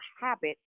habit